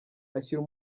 ashyira